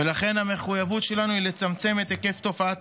ולכן המחויבות שלנו היא לצמצם את היקף תופעת